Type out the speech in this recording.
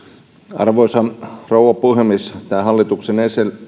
arvoisa rouva puhemies tämä hallituksen